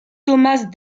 thomas